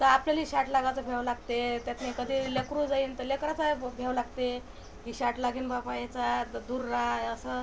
तर आपल्यालेही शाट लागायचा भेव लागते त्यातून कधी लेकरू जाईल तर लेकराचाय भ्याव लागते की शाट लागेन बाबा याचा तर दूर रायाचं